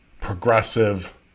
progressive